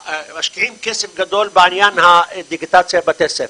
משקיעים כסף גדול בעניין הדיגיטציה בבתי הספר,